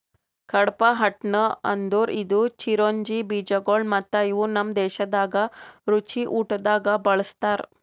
ಕಡ್ಪಾಹ್ನಟ್ ಅಂದುರ್ ಇದು ಚಿರೊಂಜಿ ಬೀಜಗೊಳ್ ಮತ್ತ ಇವು ನಮ್ ದೇಶದಾಗ್ ರುಚಿ ಊಟ್ದಾಗ್ ಬಳ್ಸತಾರ್